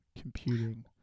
computing